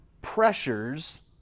pressures